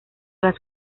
las